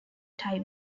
tie